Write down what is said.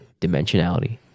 dimensionality